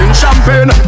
champagne